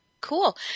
Cool